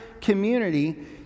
community